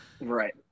Right